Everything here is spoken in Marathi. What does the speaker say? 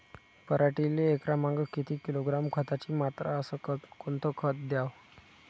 पराटीले एकरामागं किती किलोग्रॅम खताची मात्रा अस कोतं खात द्याव?